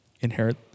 inherit